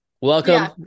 Welcome